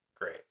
Great